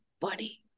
body